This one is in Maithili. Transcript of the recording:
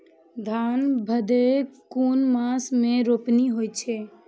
धान भदेय कुन मास में रोपनी होय छै?